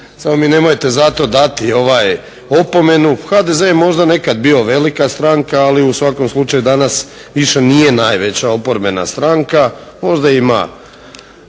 Samo mi nemojte za to dati opomenu. HDZ je možda nekad bio velika stranka, ali u svakom slučaju danas više nije najveća oporbena stranka. Možda ima